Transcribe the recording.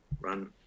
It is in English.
run